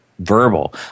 verbal